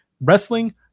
wrestling